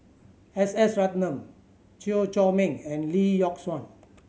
S S Ratnam Chew Chor Meng and Lee Yock Suan